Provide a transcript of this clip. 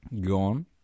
Gone